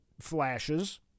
Flashes